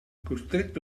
costretto